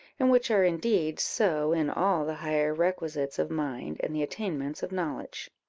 and which are indeed so in all the higher requisites of mind and the attainments of knowledge.